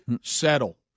Settle